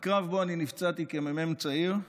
בקרב שבו אני נפצעתי כמ"מ צעיר,